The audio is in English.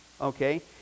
okay